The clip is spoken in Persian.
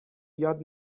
یاد